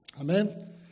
Amen